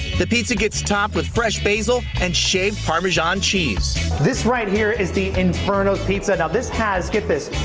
the pizza gets topped with fresh basal and shaved parmesan cheese this right here is the internal pizza about this has get this